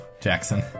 jackson